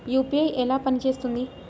UPI ఎలా పనిచేస్తుంది?